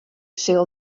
sil